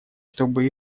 чтобы